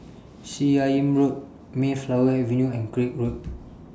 Seah Im Road Mayflower Avenue and Craig Road